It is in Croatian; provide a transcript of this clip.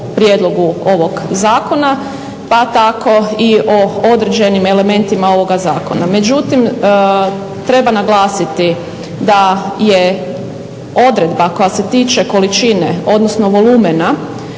prijedlogu ovog zakona, pa tako i o određenim elementima ovog zakona. Međutim, treba naglasiti da je odredba koja se tiče količine, odnosno volumena